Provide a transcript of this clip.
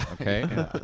okay